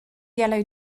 yellow